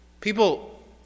People